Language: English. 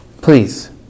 Please